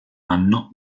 anno